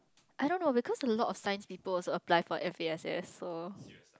I don't know because a lot of science people also applied for F_A_S_S so